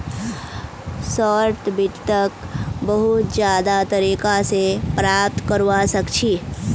short वित्तक बहुत ज्यादा तरीका स प्राप्त करवा सख छी